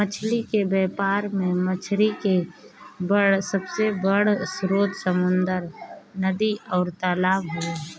मछली के व्यापार में मछरी के सबसे बड़ स्रोत समुंद्र, नदी अउरी तालाब हवे